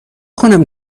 کنم